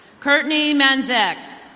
courtney manzeck.